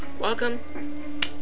Welcome